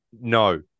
no